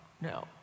no